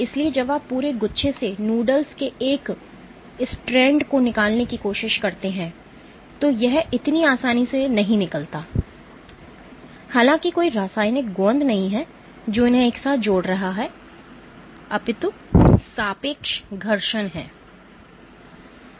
इसलिए जब आप पूरे गुच्छे से नूडल्स के एक स्ट्रैंड को निकालने की कोशिश करते हैं तो यह इतनी आसानी से नहीं निकलता है हालांकि कोई रासायनिक गोंद नहीं है जो उन्हें एक साथ जोड़ रहा है सापेक्ष घर्षण है